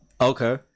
okay